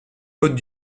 côtes